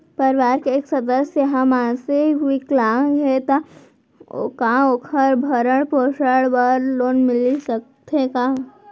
परवार के एक सदस्य हा मानसिक विकलांग हे त का वोकर भरण पोषण बर लोन मिलिस सकथे का?